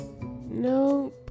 No